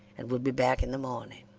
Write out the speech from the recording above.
and would be back in the morning.